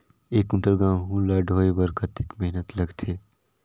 एक कुंटल गहूं ला ढोए बर कतेक मेहनत लगथे?